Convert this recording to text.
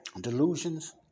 delusions